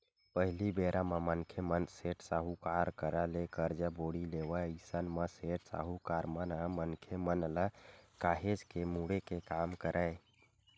पहिली बेरा म मनखे मन सेठ, साहूकार करा ले करजा बोड़ी लेवय अइसन म सेठ, साहूकार मन ह मनखे मन ल काहेच के मुड़े के काम करय